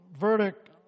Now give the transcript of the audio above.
verdict